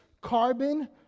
carbon